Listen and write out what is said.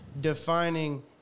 defining